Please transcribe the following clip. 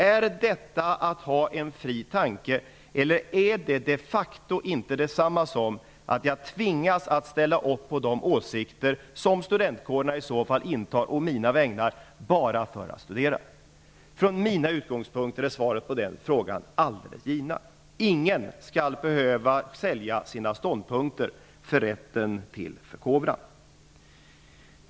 Är detta att ha rätt till en fri tanke? Är det inte de facto detsamma som att jag för att få studera tvingas ställa mig bakom de åsikter som studentkårerna intar å mina vägnar? Från mina utgångspunkter är svaret på den frågan alldeles givet: Ingen skall behöva sälja sina ståndpunkter för rätten till förkovran.